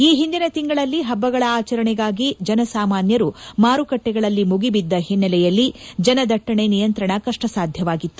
ಈ ಹಿಂದಿನ ತಿಂಗಳಲ್ಲಿ ಹಬ್ಬಗಳ ಆಚರಣೆಗಾಗಿ ಜನಸಾಮಾನ್ಯರು ಮಾರುಕಟ್ಟೆಗಳಲ್ಲಿ ಮುಗಿಬಿದ್ದ ಹಿನ್ನೆಲೆಯಲ್ಲಿ ಜನದಟ್ಟಣೆ ನಿಯಂತ್ರಣ ಕಡ್ಡಸಾಧ್ಯವಾಗಿತ್ತು